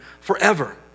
forever